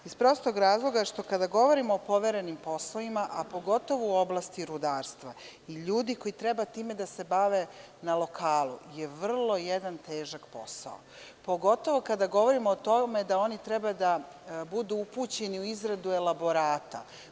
Iz prostog razloga, što kada govorimo o poverenim poslovima, a pogotovo u oblasti rudarstva i ljudi koji treba time da se bave na lokalu, je vrlo jedan težak posao, pogotovo kada govorimo o tome da oni treba da budu upućeni u izradu elaborata.